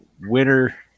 Winner